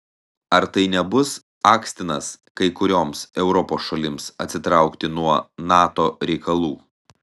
ar tai nebus akstinas kai kurioms europos šalims atsitraukti nuo nato reikalų